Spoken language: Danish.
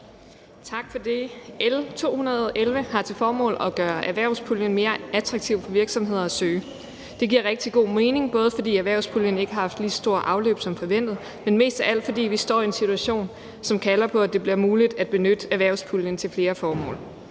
Tak for det. L 211 har til formål at gøre erhvervspuljen mere attraktiv for virksomheder at søge. Det giver rigtig god mening, fordi erhvervspuljen ikke har haft lige så stort afløb som forventet, men mest af alt fordi vi står i en situation, som kalder på, at det bliver muligt at benytte erhvervspuljen til flere formål.